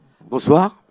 Bonsoir